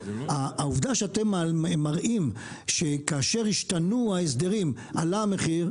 העובדה שאתם מראים שכאשר השתנו ההסדרים עלה המחיר,